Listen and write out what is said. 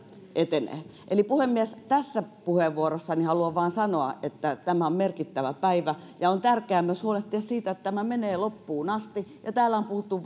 etenee eli puhemies tässä puheenvuorossani haluan vain sanoa että tämä on merkittävä päivä ja on tärkeää myös huolehtia siitä että tämä menee loppuun asti ja täällä on puhuttu